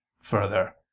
Further